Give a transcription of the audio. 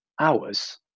hours